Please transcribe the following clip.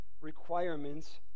requirements